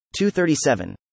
237